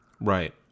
Right